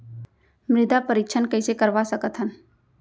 मृदा परीक्षण कइसे करवा सकत हन?